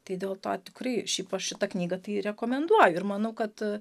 tai dėl to tikrai šiaip aš šitą knygą tai rekomenduoju ir manau kad